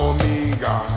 Omega